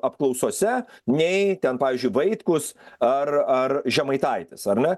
apklausose nei ten pavyzdžiui vaitkus ar ar žemaitaitis ar ne